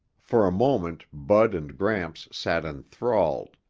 for a moment bud and gramps sat enthralled,